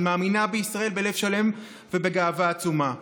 אני מאמינה בישראל בלב שלם ובגאווה עצומה.